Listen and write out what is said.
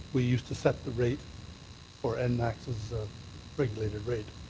we used to set the rate for enmax's regulated rate.